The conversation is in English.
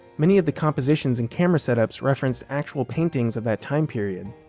many of the compositions in camera setups referenced actual paintings of that time period